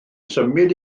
symud